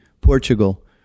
Portugal